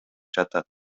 жатат